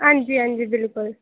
हांजी हांजी बिल्कुल